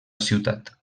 ciutat